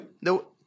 No